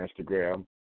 Instagram